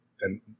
and-